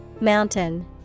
Mountain